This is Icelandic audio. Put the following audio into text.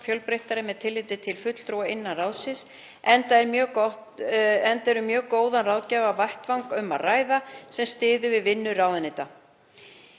fjölbreyttari með tilliti til fulltrúa innan ráðsins, enda er um mjög góðan ráðgjafarvettvang að ræða sem styður við vinnu ráðuneyta.